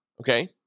Okay